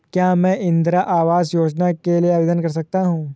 क्या मैं इंदिरा आवास योजना के लिए आवेदन कर सकता हूँ?